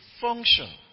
function